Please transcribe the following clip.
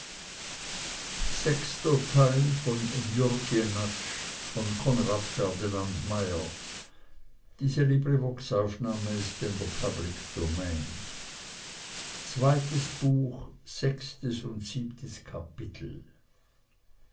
knecht sechstes kapitel